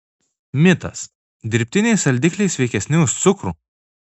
mitas dirbtiniai saldikliai sveikesni už cukrų